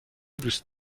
دوست